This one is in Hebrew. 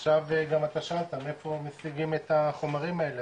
עכשיו גם אתה שאלת, מאיפה משיגים את החומרים האלה?